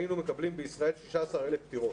היינו מקבלים בישראל 16,000 פטירות.